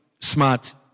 smart